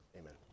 Amen